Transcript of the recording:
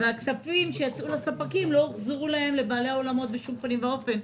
והכסף שיצא לספקים לא הוחזר לבעלי האולמות בשום פנים ואופן.